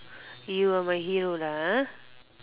you are my hero lah ah